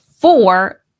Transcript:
four